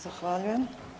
Zahvaljujem.